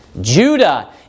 Judah